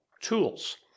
tools